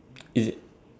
is it